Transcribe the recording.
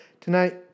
Tonight